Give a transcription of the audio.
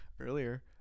Earlier